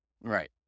Right